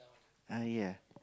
I ya